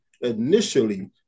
initially